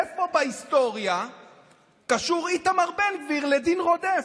איפה בהיסטוריה קשור איתמר בן גביר לדין רודף,